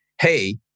hey